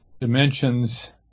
dimensions